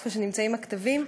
איפה שנמצאים הקטבים,